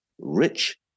rich